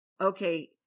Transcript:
okay